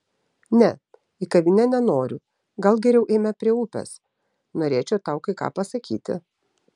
ne į kavinę nenoriu gal geriau eime prie upės norėčiau tau kai ką pasakyti